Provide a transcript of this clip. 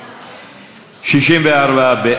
54), התשע"ו 2016, נתקבל.